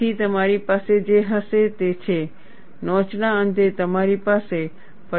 તેથી તમારી પાસે જે હશે તે છે નોચના અંતે તમારી પાસે ફટીગની ક્રેક હશે